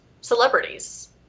celebrities